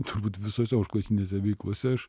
turbūt visose užklasinėse veiklose aš